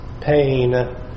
pain